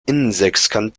innensechskant